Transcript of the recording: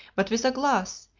but with a glass,